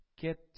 get